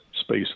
Space